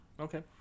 Okay